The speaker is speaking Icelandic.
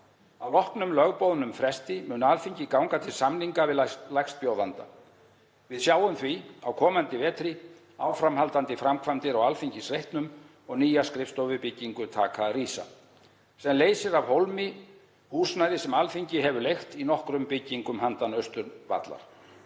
Að loknum lögboðnum fresti mun Alþingi ganga til samninga við lægstbjóðanda. Við sjáum því á komandi vetri áframhaldandi framkvæmdir á Alþingisreitnum og nýja skrifstofubyggingu taka að rísa sem leysir af hólmi húsnæði sem Alþingi hefur leigt í nokkrum byggingum handan Austurvallar.